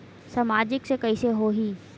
सामाजिक से कइसे होही?